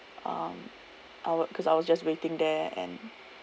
um I w~ cause I was just waiting there and